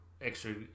extra